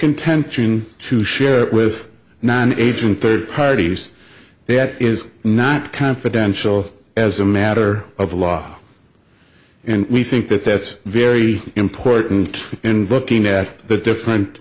intention to share it with non agent third parties that is not confidential as a matter of law and we think that that's very important in looking at the different